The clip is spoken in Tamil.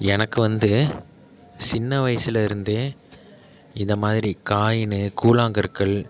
எனக்கு வந்து சின்ன வயசுலேருந்தே இதை மாதிரி காயினு கூழாங்கற்கள்